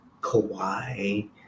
Kawhi